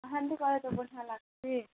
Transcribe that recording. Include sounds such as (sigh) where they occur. ହେନ୍ତୁ କହିଲେ (unintelligible) ଲାଗ୍ସି